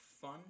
fun